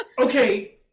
Okay